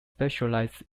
specialized